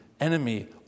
enemy